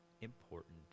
important